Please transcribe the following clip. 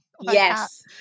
Yes